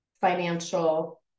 financial